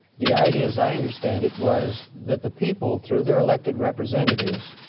the idea as i understand it was that the people, through their elected representatives,